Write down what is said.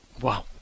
Wow